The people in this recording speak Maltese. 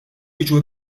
jiġu